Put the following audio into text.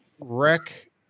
wreck